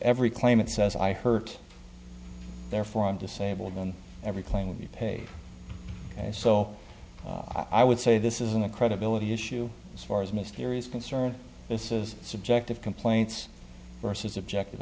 every claimant says i hurt therefore i'm disabled then every claim would be paid so i would say this isn't a credibility issue as far as mysterious concern this is subjective complaints versus objective